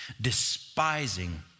despising